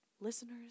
listeners